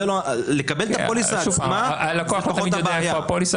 לקבל את הפוליסה עצמה זה פחות בעיה.